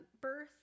birth